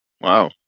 wow